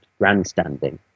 grandstanding